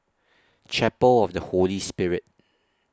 Chapel of The Holy Spirit